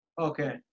Okay